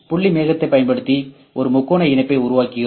புள்ளி மேகத்தைப் பயன்படுத்தி ஒரு முக்கோண இணைப்பை உருவாக்குகிறோம்